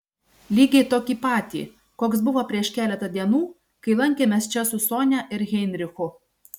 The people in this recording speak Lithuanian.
lygiai tokį patį koks buvo prieš keletą dienų kai lankėmės čia su sonia ir heinrichu